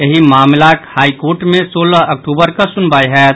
एहि मामिलाक हाईकोर्ट मे सोलह अक्टूबर कऽ सुनवाई होयत